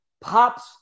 pops